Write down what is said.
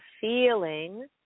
feeling